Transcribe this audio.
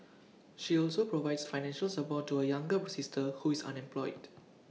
she also provides financial support to her younger sister who is unemployed